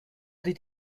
did